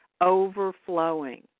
overflowing